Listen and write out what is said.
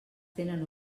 tenen